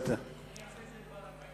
אני עושה את זה כבר 40 שנה.